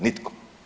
Nitko.